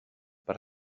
per